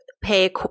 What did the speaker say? Pay